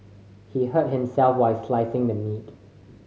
he hurt himself while slicing the meat